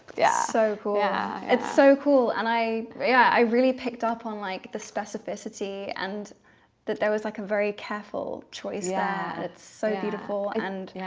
yeah so yeah it's so cool and i yeah, i really picked up on like the specificity and that there was like a very careful choice yeah it's so beautiful. and yeah,